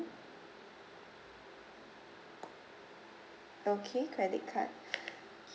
okay credit card